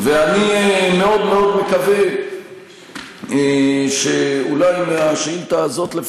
ואני מאוד מאוד מקווה שאולי מהשאילתה הזאת לפחות,